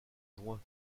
juin